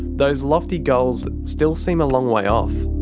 those lofty goals still seem a long way off.